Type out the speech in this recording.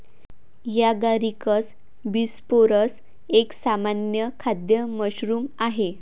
Agaricus bisporus एक सामान्य खाद्य मशरूम आहे